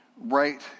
right